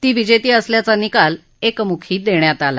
ती विजेती असल्याचा निकाल एकमुखी देण्यात आला